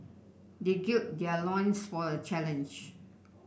they gird their loins for the challenge